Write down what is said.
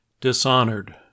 Dishonored